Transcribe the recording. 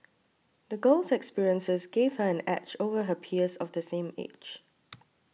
the girl's experiences gave her an edge over her peers of the same age